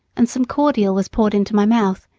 and some cordial was poured into my mouth,